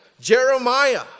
Jeremiah